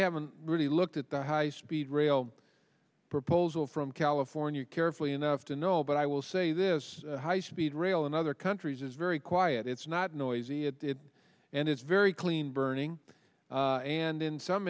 haven't really looked at the high speed rail proposal from california carefully enough to know but i will say this high speed rail in other countries is very quiet it's not noisy at it and it's very clean burning and in some